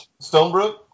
Stonebrook